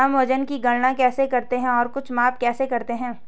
हम वजन की गणना कैसे करते हैं और कुछ माप कैसे करते हैं?